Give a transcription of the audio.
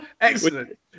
Excellent